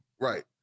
Right